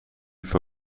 for